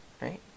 right